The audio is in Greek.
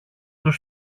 του